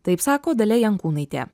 taip sako dalia jankūnaitė